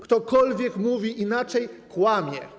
Ktokolwiek mówi inaczej, kłamie.